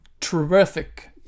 terrific